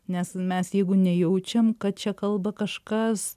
nes mes jeigu nejaučiam kad čia kalba kažkas